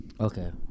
Okay